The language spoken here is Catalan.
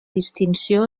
distinció